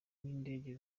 n’indege